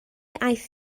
aeth